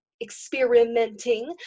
experimenting